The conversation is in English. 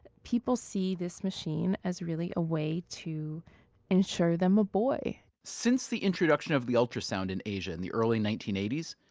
people see this machine as really a way to ensure them a boy since the introduction of the ultrasound in asia, in the early nineteen eighty s,